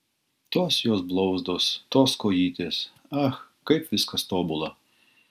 tos jos blauzdos tos kojytės ach kaip viskas tobula